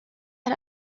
had